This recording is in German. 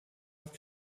auf